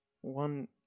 One